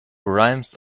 rhymes